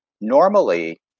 normally